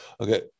Okay